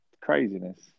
Craziness